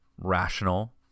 rational